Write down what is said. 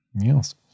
Yes